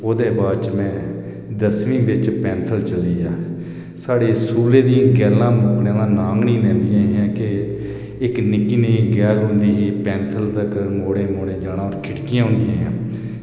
ओह्दे बाद च में दसमीं बिच पैंथल चली आ साढ़ी स्कूले दी गैलां मुक्कने दा नाम नि लैंदियां हियां के इक निक्की नेही गैल होंदी ही पैंथल तकर मोड़ें मोड़ें जाना और खिड़कियां होंदियां हियां